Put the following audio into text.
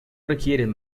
requieren